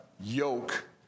yoke